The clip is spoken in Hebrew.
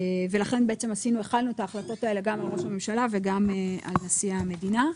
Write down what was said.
ולכן בעצם החלנו את ההחלטות האלה גם על ראש הממשלה וגם על נשיא המדינה.